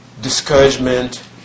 discouragement